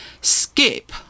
skip